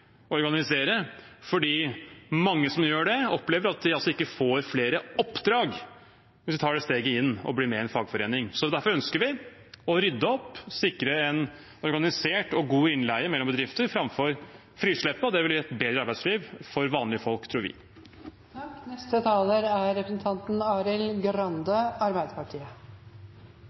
fordi mange som gjør det, opplever at de ikke får flere oppdrag hvis de tar det steget og blir med i en fagforening. Derfor ønsker vi å rydde opp, sikre en organisert og god innleie mellom bedrifter framfor frislepp. Det vil gi et bedre arbeidsliv for vanlige folk, tror vi. Margret Hagerup har gang på gang vist, også i denne debatten, at hun er